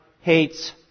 hates